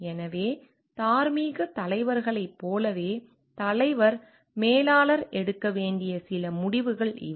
எனவே தார்மீகத் தலைவர்களைப் போலவே தலைவர் மேலாளர் எடுக்க வேண்டிய சில முடிவுகள் இவை